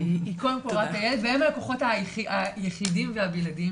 היא קודם כל רואה את הילד והם הלקוחות היחידים והבלעדיים.